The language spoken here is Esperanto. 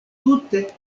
tute